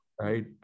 right